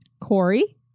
Corey